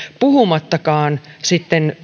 puhumattakaan sitten